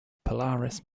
polaris